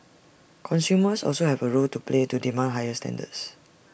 consumers also have A role to play to demand higher standards